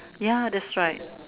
ya that's right